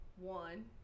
one